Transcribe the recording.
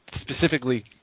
specifically